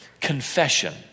confession